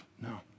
No